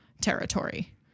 territory